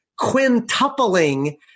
quintupling